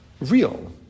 real